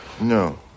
No